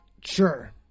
Sure